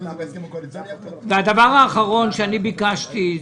הדבר האחרון שביקשתי,